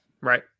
Right